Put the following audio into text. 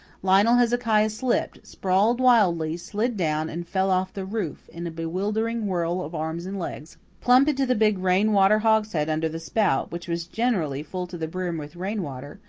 lionel hezekiah slipped, sprawled wildly, slid down, and fell off the roof, in a bewildering whirl of arms and legs, plump into the big rain-water hogshead under the spout, which was generally full to the brim with rain-water,